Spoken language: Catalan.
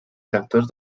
directors